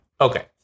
Okay